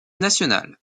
nationale